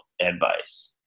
advice